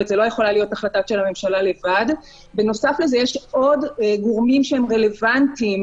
יש הכרזה, אני עדיין עושה הכול, כולל הכול, על